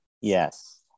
Yes